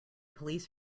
police